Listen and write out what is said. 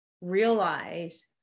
realize